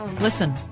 Listen